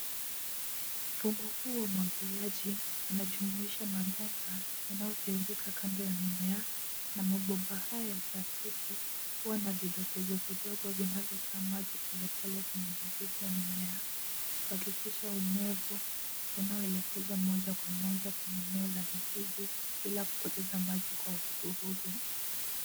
Mfumo huu wa umwagiliaji unajumuisha mabomba yanayotiririka kando ya mimea na mabomba haya ya plastiki huwa navidokezo vidogo vinavyo toa maji pole pole kwenye mizizi ya mimea, kuhakikisha unyevu unaoelekezwa moja kwa moja kwenye eneo la mizizi bila kupoteza maji kwa uvuguvugu.